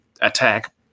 attack